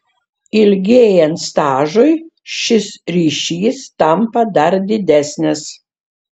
ilgėjant stažui šis ryšys tampa dar didesnis